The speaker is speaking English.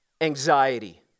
Anxiety